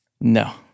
No